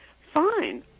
fine